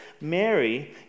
Mary